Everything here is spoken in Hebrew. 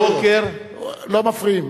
מתעוררים בבוקר, לא מפריעים.